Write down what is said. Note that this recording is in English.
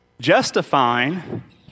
justifying